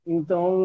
Então